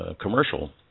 commercial